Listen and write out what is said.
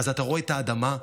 אתה רואה את האדמה,